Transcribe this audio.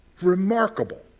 remarkable